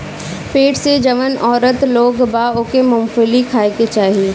पेट से जवन औरत लोग बा ओके मूंगफली खाए के चाही